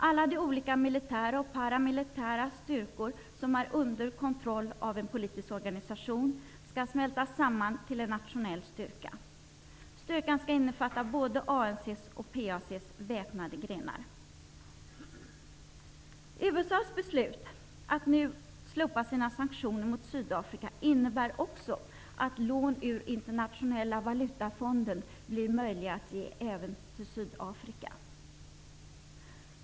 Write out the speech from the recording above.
Alla de olika militära och paramilitära styrkor som kontrolleras av en politisk organisation skall smältas samman till en nationell styrka. Den skall innefatta både ANC:s och PAC:s väpnade grenar. USA:s beslut att nu slopa sina sanktioner mot Sydafrika innebär också att lån ur den internationella valutafonden blir möjliga att ge även till Sydafrika.